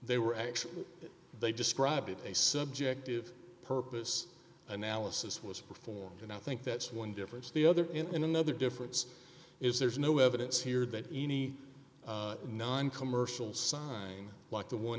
they were actually they describe it a subjective purpose analysis was performed and i think that's one difference the other in another difference is there's no evidence here that any noncommercial sign like the one